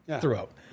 throughout